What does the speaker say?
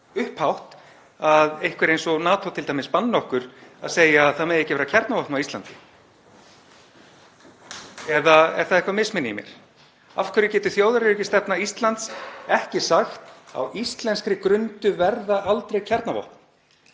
upphátt að t.d. einhver eins og NATO banni okkur að segja að það megi ekki vera kjarnavopn á Íslandi. Eða er það misminni hjá mér? Af hverju getur þjóðaröryggisstefna Íslands ekki sagt: Á íslenskri grundu verða aldrei kjarnavopn?